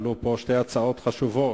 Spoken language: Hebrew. עלו כאן שתי הצעות חשובות,